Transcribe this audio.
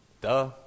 Duh